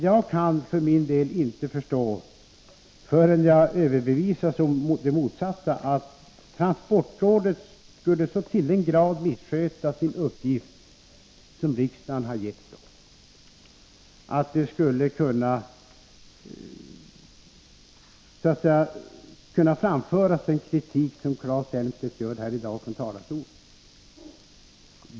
Jag kan för min del inte tro, förrän jag överbevisas om motsatsen, att transportrådet skulle så till den grad missköta den uppgift som riksdagen har gett det att den kritik som Claes Elmstedt framför i dag från talarstolen skulle kunna vara befogad.